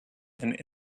and